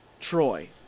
Troy